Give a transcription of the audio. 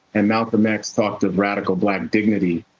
and malcolm x talked of radical black dignity.